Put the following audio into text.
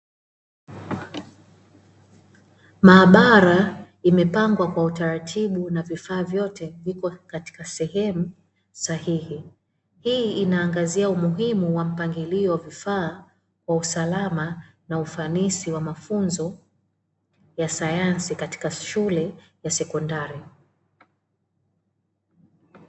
Maabara imepangwa kwa utaratibu na vifaa vyote viko katika sehemu sahihi, hii inaangazia umuhimu wa mpangilio wa vifaa kwa usalama na ufanisi wa mafunzo ya sayansi katika shule ya sekondari.